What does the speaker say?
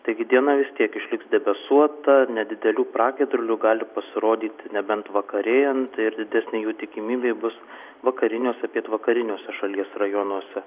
taigi diena vis tiek išliks debesuota nedidelių pragiedrulių gali pasirodyti nebent vakarėjant ir didesnė jų tikimybė bus vakariniuose pietvakariniuose šalies rajonuose